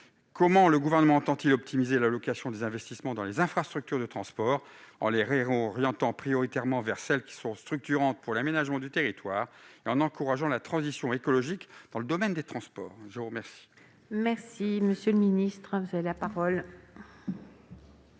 comment le Gouvernement entend-il optimiser l'allocation des investissements dans les infrastructures de transport, en les réorientant prioritairement vers celles qui sont structurantes pour l'aménagement du territoire et en encourageant la transition écologique dans le domaine des transports ? La parole est à M. le ministre délégué.